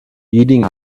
leading